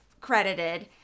credited